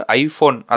iPhone